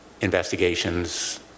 investigations